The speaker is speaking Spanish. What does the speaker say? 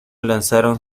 lanzaron